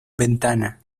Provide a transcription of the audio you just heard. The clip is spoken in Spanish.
ventana